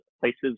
places